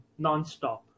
nonstop